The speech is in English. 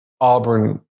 Auburn